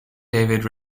david